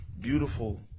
beautiful